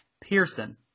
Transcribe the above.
Pearson